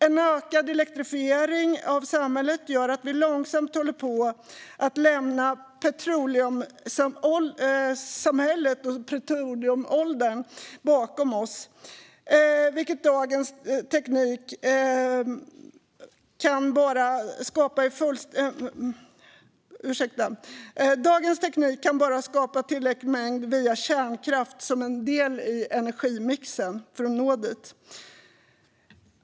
En ökad elektrifiering av samhället gör att vi långsamt håller på att lämna petroleumsamhället och petroleumåldern bakom oss. Dagens teknik kan skapa en tillräcklig mängd energi bara om kärnkraft är en del i energimixen.